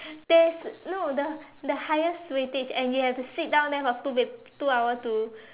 there's no the the highest weightage and you have to sit down there for two pap~ two hour to